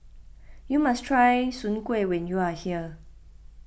you must try Soon Kueh when you are here